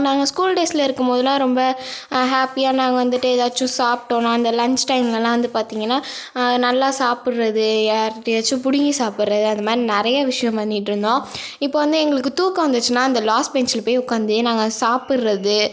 நாங்கள் ஸ்கூல் டேஸில் இருக்கும் போதுலாம் ரொம்ப ஹேப்பியாக நாங்கள் வந்துட்டு ஏதாச்சும் சாப்பிட்டோன்னா அந்த லஞ்ச் டைம்லலாம் வந்து பார்த்திங்கன்னா நல்லா சாப்பிட்றது யாருக்கிட்டேயாச்சும் பிடிங்கி சாப்பிட்றது அந்த மாதிரி நிறைய விஷயம் பண்ணிட்ருந்தோம் இப்போது வந்து எங்களுக்கு தூக்கம் வந்துச்சுன்னா அந்த லாஸ்ட் பெஞ்ச்சில் போய் உட்காந்து நாங்கள் சாப்பிட்றது